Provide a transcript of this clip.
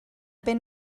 beth